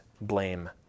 blame